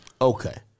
Okay